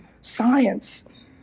science